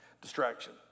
distraction